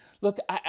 Look